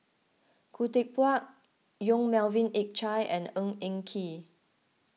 Khoo Teck Puat Yong Melvin Yik Chye and Ng Eng Kee